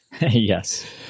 Yes